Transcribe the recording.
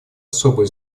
особое